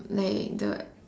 like the